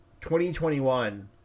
2021